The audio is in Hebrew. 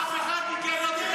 אף אחד מכם לא מדבר